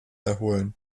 erholen